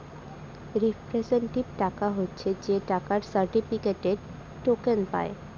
representative টাকা হচ্ছে যে টাকার সার্টিফিকেটে, টোকেন পায়